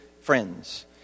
friends